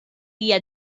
hija